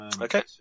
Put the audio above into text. Okay